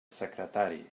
secretari